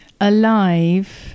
alive